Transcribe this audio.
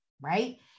right